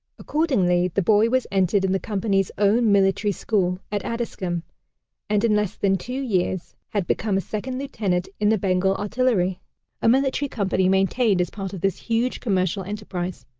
accordingly the boy was entered in the company's own military school, at addiscombe and in less than two years had become a second lieutenant in the bengal artillery a military company maintained as part of this huge commercial enterprise.